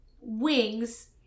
wings